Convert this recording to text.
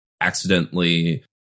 accidentally